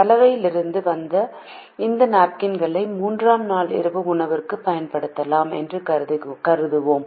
சலவையிலிருந்து வந்த இந்த நாப்கின்களை மூன்றாம் நாள் இரவு உணவிற்கு பயன்படுத்தலாம் என்று கருதுவோம்